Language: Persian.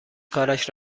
کارش